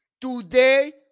Today